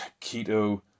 Keto